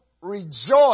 rejoice